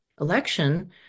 election